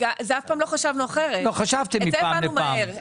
אף פעם לא חשבנו אחרת; את זה הבנו מהר.